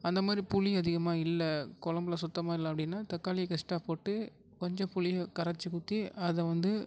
அந்தமாதிரி புளி அதிகமாக இல்லை குழம்புல சுத்தமாக இல்லை அப்படின்னா தக்காளியை எக்ஸ்ட்டா போட்டு கொஞ்சம் புளிய கரைச்சு ஊற்றி அதை வந்து